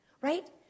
right